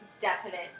definite